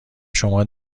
شما